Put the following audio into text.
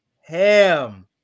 Ham